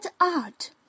art